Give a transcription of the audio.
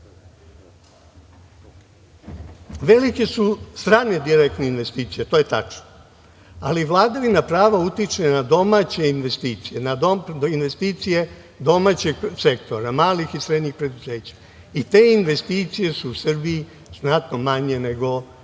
Velike su strane direktne investicije, to je tačno. Ali, vladavina prava utiče na domaće investicije, na investicije domaćeg sektora, malih i srednjih preduzeća. Te investicije su u Srbiji znatno manje nego u drugim